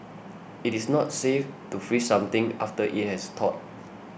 it is not safe to freeze something after it has thawed